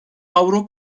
avro